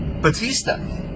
Batista